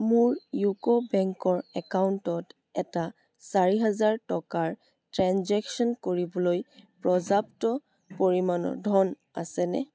মোৰ ইউকো বেংকৰ একাউণ্টত এটা চাৰি হাজাৰ টকাৰ ট্ৰেঞ্জেকশ্য়ন কৰিবলৈ পৰ্যাপ্ত পৰিমাণৰ ধন আছেনে